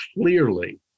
clearly